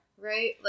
Right